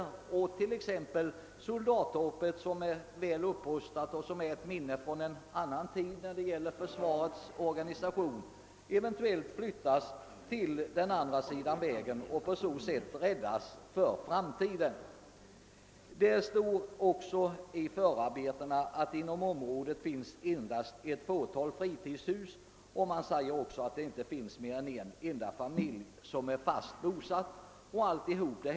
Detta gäller t.ex. beträffande soldattorpet som är väl upprustat och utgör ett minne från en tidigare period av försvarets organisation. Det kan eventuellt flyttas över till den andra sidan av vägen för att räddas för framtiden. Det anfördes också i förarbetena att det endast finns ett fåtal fritidshus och att bara en enda familj är fast bosatt inom området.